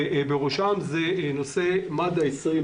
ובראשם הנושא הוא מד"א 2020,